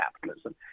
capitalism